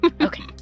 Okay